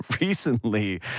recently